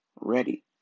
ready